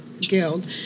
Guild